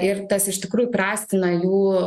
ir tas iš tikrųjų prastina jų